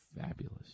fabulous